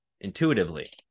intuitively